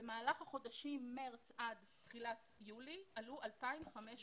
במהלך החודשים מארס עד תחילת יולי עלו 2,500